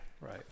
right